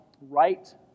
right